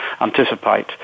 anticipate